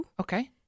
Okay